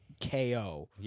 KO